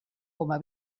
coma